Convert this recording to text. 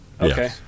Okay